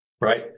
right